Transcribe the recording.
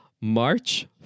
March